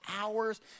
hours